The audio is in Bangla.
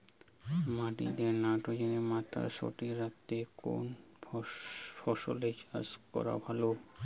মাটিতে নাইট্রোজেনের মাত্রা সঠিক রাখতে কোন ফসলের চাষ করা ভালো?